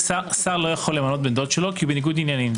שר לא יכול למנות בן דוד שלו כי בניגוד עניינים,